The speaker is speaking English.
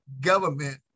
government